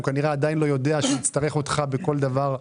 הוא כנראה עדיין לא יודע שהוא יצטרך אותך בכל דבר.